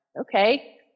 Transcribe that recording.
Okay